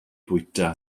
bwyta